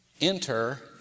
Enter